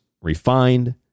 refined